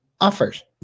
offers